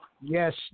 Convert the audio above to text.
Yes